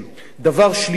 דבר שלישי,